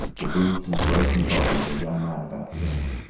the bruised and broken body of a young man about thirty.